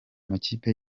makipe